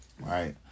right